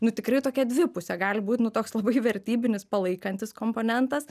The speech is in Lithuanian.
nu tikrai tokia dvipusė gali būt nu toks labai vertybinis palaikantis komponentas